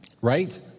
Right